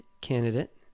candidate